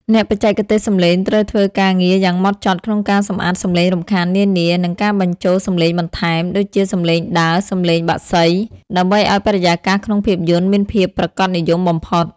អ្នកបច្ចេកទេសសំឡេងត្រូវធ្វើការងារយ៉ាងម៉ត់ចត់ក្នុងការសម្អាតសំឡេងរំខាននានា និងការបញ្ចូលសំឡេងបន្ថែម (ដូចជាសំឡេងដើរ សំឡេងបក្សី) ដើម្បីឱ្យបរិយាកាសក្នុងភាពយន្តមានភាពប្រាកដនិយមបំផុត។